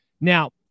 Now